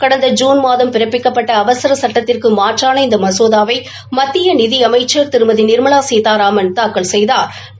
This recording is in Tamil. கடந்த ஜூன் மாதம் பிறப்பிக்கப்பட்ட அவசர சட்டத்திற்கு மாற்றான இநத மசோதாவை மத்திய நிதி அமைச்சா் திருமதி நிாமலா சீதாராமன் தாக்கல் செய்தாா்